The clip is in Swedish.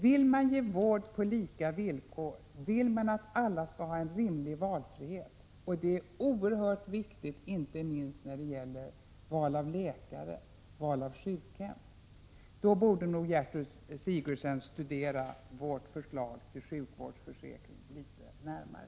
Vill man ge vård på lika villkor, vill man att alla skall ha en rimlig valfrihet — och det är oerhört viktigt inte minst när det gäller val av läkare och sjukhem — borde nog fru Sigurdsen studera vårt förslag till sjukvårdsförsäkring litet närmare.